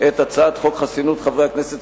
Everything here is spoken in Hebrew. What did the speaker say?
את הצעת חוק חסינות חברי הכנסת,